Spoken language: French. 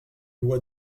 loi